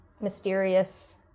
mysterious